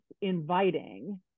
inviting